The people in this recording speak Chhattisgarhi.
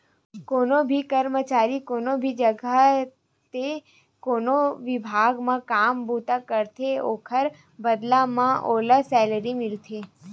कोनो भी करमचारी कोनो भी जघा ते कोनो बिभाग म काम बूता करथे ओखर बदला म ओला सैलरी मिलथे